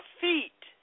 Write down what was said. feet